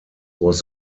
was